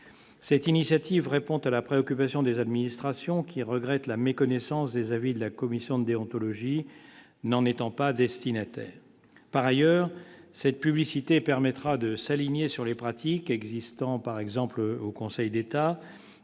cette initiative répond à la préoccupation des administrations qui regrette la méconnaissance des avis de la commission d'déontologie n'en étant pas destinataire par ailleurs cette publicité permettra de s'aligner sur les pratiques existant par exemple au Conseil d'État